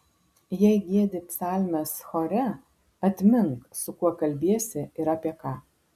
jei giedi psalmes chore atmink su kuo kalbiesi ir apie ką